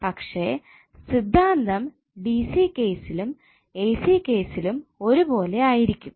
പക്ഷേ സിദ്ധാന്തം ഡിസി കേസിലും എസി കേസിലും ഒരുപോലെ ആയിരിക്കും